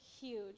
huge